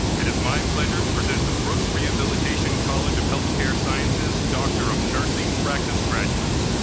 it is my pleasure to present the brooks rehabilitation college of healthcare sciences doctor of nursing practice graduates